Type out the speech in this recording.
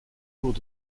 cours